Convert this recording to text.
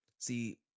See